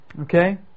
Okay